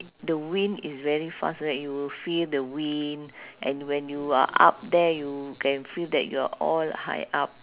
the wind is very fast right you will feel the wind and when you are up there you can feel that you are all high up